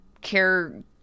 care